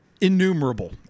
innumerable